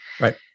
right